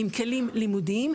עם כלים ייעודיים,